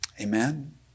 Amen